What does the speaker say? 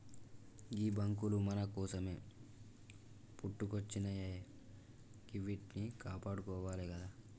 గీ బాంకులు మన కోసమే పుట్టుకొచ్జినయాయె గివ్విట్నీ కాపాడుకోవాలె గదా